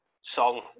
song